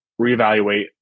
reevaluate